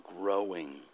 growing